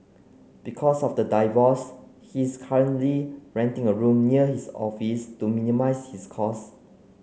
because of the divorce he is currently renting a room near his office to minimise his cost